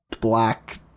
Black